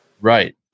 Right